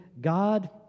God